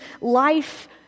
life